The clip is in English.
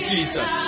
Jesus